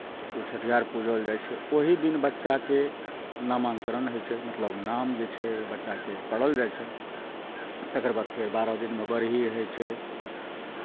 ओ छठियार पूजल जाइ छै ओही दिन बच्चाके नामकरण होइ छै मतलब नाम जे छै बच्चाके पढ़ल जाइ छै तकर बाद फेर बारह दिनमे बरही होइ छै